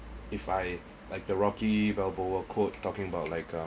if I like the rocky balboa quote talking about like uh